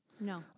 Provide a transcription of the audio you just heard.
No